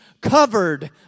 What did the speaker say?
covered